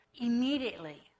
immediately